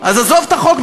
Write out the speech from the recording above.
אז עזוב את החוק,